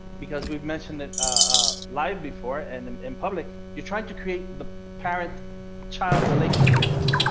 because we've mentioned that a live before and um and public, you're trying to create the parent child relationship. yes.